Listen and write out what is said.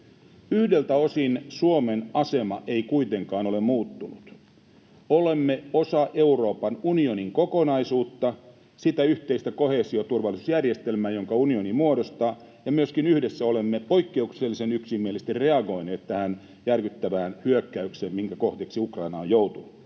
Yhdeltä osin Suomen asema ei kuitenkaan ole muuttunut. Olemme osa Euroopan unionin kokonaisuutta, sitä yhteistä koheesioturvallisuusjärjestelmää, jonka unioni muodostaa, ja myöskin yhdessä olemme poikkeuksellisen yksimielisesti reagoineet tähän järkyttävään hyökkäykseen, minkä kohteeksi Ukraina on joutunut.